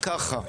ככה.